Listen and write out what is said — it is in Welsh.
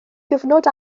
gyfnod